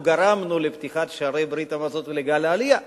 אנחנו גרמנו לפתיחת שערי ברית-המועצות ולגל העלייה,